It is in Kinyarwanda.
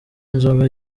inzoga